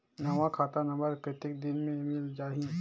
नवा खाता नंबर कतेक दिन मे मिल जाही?